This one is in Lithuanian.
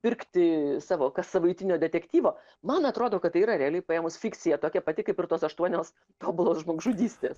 pirkti savo kassavaitinio detektyvo man atrodo kad tai yra realiai paėmus fikcija tokia pati kaip ir tos aštuonios tobulos žmogžudystės